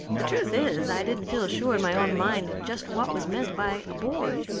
the truth is i didn't feel sure in my own mind just what was meant by a board,